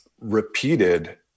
repeated